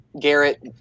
garrett